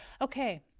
Okay